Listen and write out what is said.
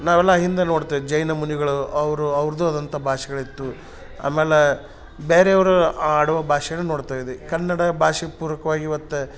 ನಾವೆಲ್ಲ ಹಿಂದೆ ನೋಡ್ತೇವೆ ಜೈನ ಮುನಿಗಳು ಅವರು ಅವ್ರ್ದುಆದಂಥ ಭಾಷೆಗಳಿತ್ತು ಆಮ್ಯಾಲ ಬ್ಯಾರೆಯವರು ಆಡುವ ಭಾಷೆನು ನೋಡ್ತಾ ಇದ್ದೀವಿ ಕನ್ನಡ ಭಾಷೆ ಪೂರಕವಾಗಿ ಇವತ್ತು